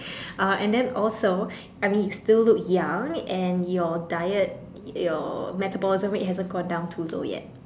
and then also I mean you still look young and your diet your metabolism rate haven't gone down too low yet